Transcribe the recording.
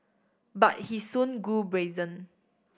but he soon grew brazen